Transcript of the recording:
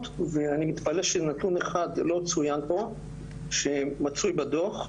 ואני מתפלא שנתון אחד לא צוין פה ושמצוי בדוח,